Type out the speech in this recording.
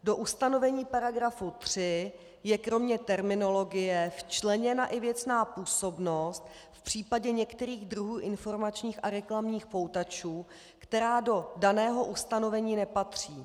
Do ustanovení § 3 je kromě terminologie včleněna i věcná působnost v případě některých druhů informačních a reklamních poutačů, která do daného ustanovení nepatří.